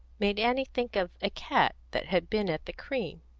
made annie think of a cat that had been at the cream.